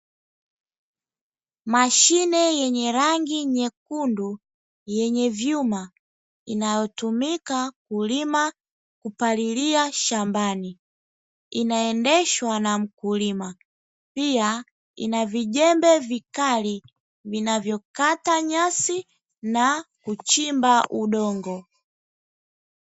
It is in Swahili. Mashine yenye rangi nyekundu yenye vyuma, inayotumika kulima kupalilia shambani, inaendeshwa na mkulima. Pia ina vijembe vikali vinavyokata nyasi na kuchimba udongo.